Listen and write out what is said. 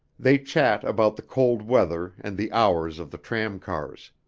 they chat about the cold weather and the hours of the tramcars.